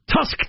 Tusk